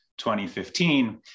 2015